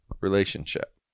relationship